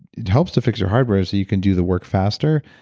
it helps to fix your hardware so you can do the work faster.